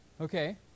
okay